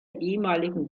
ehemaligen